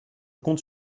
compte